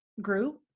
Group